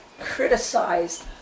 criticized